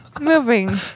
moving